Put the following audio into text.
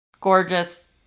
gorgeous